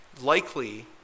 likely